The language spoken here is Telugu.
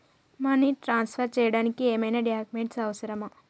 మనీ ట్రాన్స్ఫర్ చేయడానికి ఏమైనా డాక్యుమెంట్స్ అవసరమా?